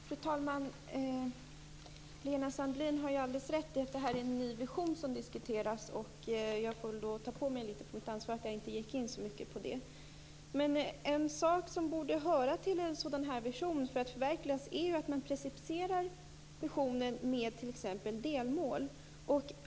Fru talman! Lena Sandlin har alldeles rätt i att detta är en ny vision som diskuteras. Jag gick inte in så mycket på detta. Men en sak som borde ha samband med att en sådan här vision förverkligas är att man preciserar behoven med t.ex. delmål.